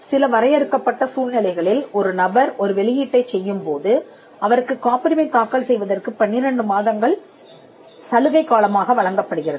சில வரையறுக்கப்பட்ட சூழ்நிலைகளில் ஒரு நபர் ஒரு வெளியீட்டைச் செய்யும் போது அவருக்குக் காப்புரிமை தாக்கல் செய்வதற்கு 12 மாதங்கள் சலுகை காலமாக வழங்கப்படுகிறது